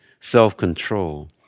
self-control